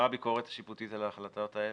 מה הביקורת השיפוטית על ההחלטות האלה?